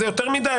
זה יותר מדי,